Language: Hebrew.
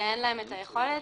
שאין להם את היכולת,